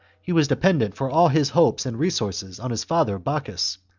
he was dependent for all his hopes and resources on his father bocchus,